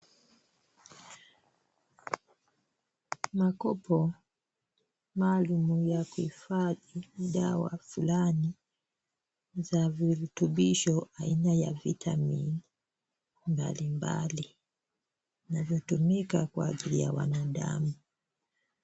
Makopo maalum ya kuhifadhi dawa fulani za virutubisho aina ya vitamin mbaii mbali vinavyotumika kwa ajili ya binadamu.